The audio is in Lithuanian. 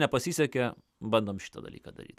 nepasisekė bandom šitą dalyką daryt